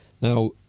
Now